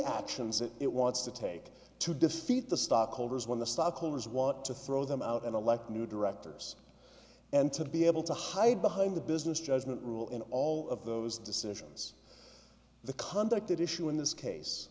actions that it wants to take to defeat the stockholders when the stockholders want to throw them out and elect new directors and to be able to hide behind the business judgment rule in all of those decisions the conduct issue in this case